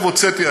עכשיו הוצאתי,